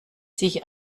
sich